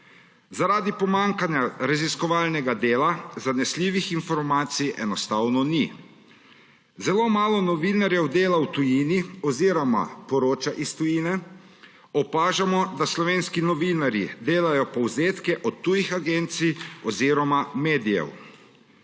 Zaradi pomanjkanja raziskovalnega dela zanesljivih informacij enostavno ni. Zelo malo novinarjev dela v tujini oziroma poroča iz tujine. Opažamo, da slovenski novinarji delajo povzetek do tujih agencij oziroma medijev.